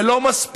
זה לא מספיק.